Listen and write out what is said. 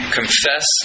confess